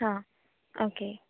हां ओके